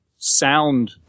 sound